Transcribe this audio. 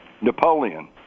Napoleon